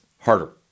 harder